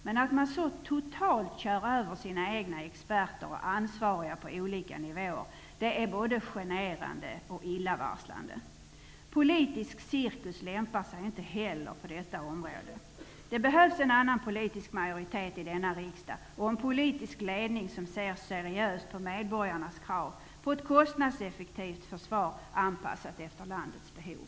Men att man så totalt kör över sina egna experter och ansvariga på olika nivåer är både generande och illavarslande. Politisk cirkus lämpar sig inte heller på detta område. Det behövs en annan politisk majoritet i denna riksdag och en politisk ledning som ser seriöst på medborgarnas krav på ett kostnadseffektivt försvar, anpassat efter landets behov.